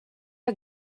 are